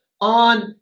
on